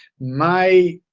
my